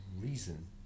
reason